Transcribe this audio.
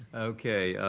okay,